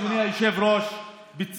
אדוני היושב-ראש, המשק בצמיחה.